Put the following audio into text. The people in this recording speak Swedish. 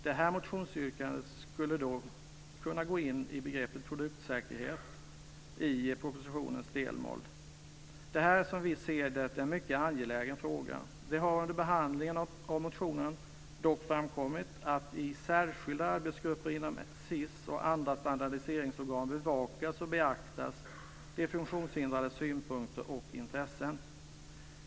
Det här motionsyrkandet skulle då kunna gå in i begreppet produktsäkerhet i propositionens delmål. Det här är som vi ser det en mycket angelägen fråga. Det har under behandlingen av motionen dock framkommit att i särskilda arbetsgrupper inom SIS och andra standardiseringsorgan bevakas och beaktas de funktionshindrades synpunkter och intressen.